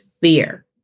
fear